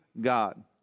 God